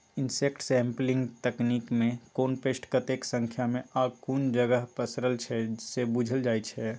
insect sampling तकनीकमे कोन pest कतेक संख्यामे आ कुन जगह पसरल छै से बुझल जाइ छै